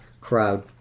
crowd